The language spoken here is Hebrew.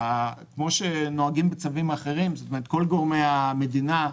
כפי שנוהגים בצווים אחרים, כל גורמי המדינה,